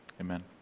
amen